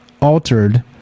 altered